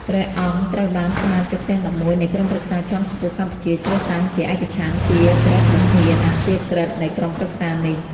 ព្រះអង្គត្រូវបាន សមាជិកទំាង១១ នៃក្រុមប្រឹក្សាជាន់ខ្ពស់កម្ពុជា ជ្រើសតាំងជាឯកច្ឆន្ទជាព្រះប្រធាន អព្យាក្រឹត នៃក្រុមប្រឹក្សានេះ។